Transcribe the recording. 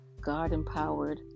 God-empowered